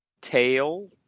Tail